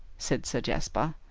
said sir jasper.